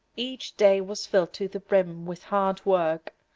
each day was filled to the brim with hard work.